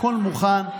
הכול מוכן,